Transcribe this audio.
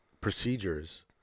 procedures